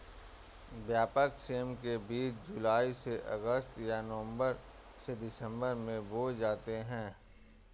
व्यापक सेम के बीज जुलाई से अगस्त या नवंबर से दिसंबर में बोए जाते हैं